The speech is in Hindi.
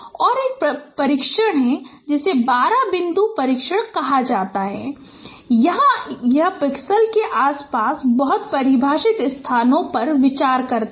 और एक परीक्षण है जिसे 12 बिंदु परीक्षण कहा जाता है और जहां यह पिक्सेल के आसपास बहुत परिभाषित स्थानों पर विचार करता है